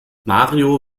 mario